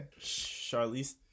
Charlize